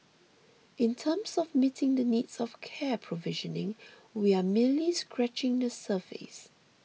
in terms of meeting the needs of care provisioning we are merely scratching the surface